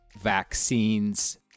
vaccines